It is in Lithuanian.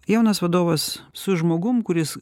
jaunas vadovas su žmogum kuris